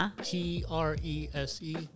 T-R-E-S-E